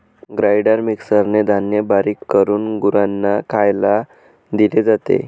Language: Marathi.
ग्राइंडर मिक्सरने धान्य बारीक करून गुरांना खायला दिले जाते